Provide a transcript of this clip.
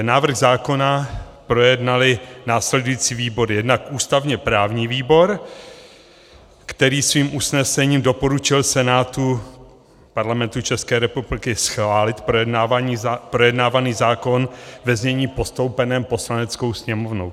Návrh zákona projednaly následující výbory: jednak ústavněprávní výbor, který svým usnesením doporučil Senátu Parlamentu České republiky schválit projednávaný zákon ve znění postoupeném Poslaneckou sněmovnou.